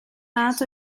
nad